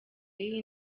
y’iyi